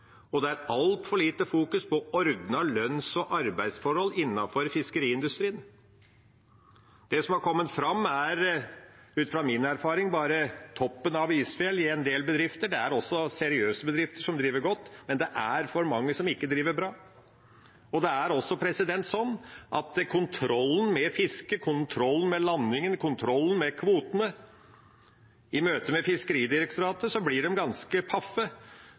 lønns- og arbeidsforhold innenfor fiskeriindustrien. Det som har kommet fram, er, ut fra min erfaring, bare toppen av isfjellet i en del bedrifter. Det er også seriøse bedrifter som driver godt, men det er for mange som ikke driver bra. Når det gjelder kontrollen med fisket, kontrollen med landingene og kontrollen med kvotene, blir Fiskeridirektoratet ganske paff når vi i møte med